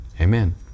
Amen